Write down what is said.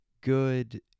good